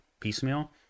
piecemeal